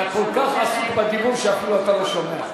אתה כל כך עסוק בדיבור שאתה אפילו לא שומע.